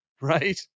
right